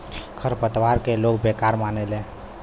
खर पतवार के लोग बेकार मानेले